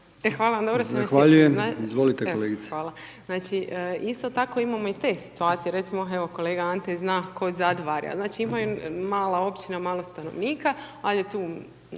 Hvala vam